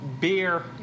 Beer